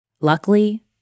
Luckily